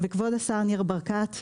כבוד השר ניר ברקת,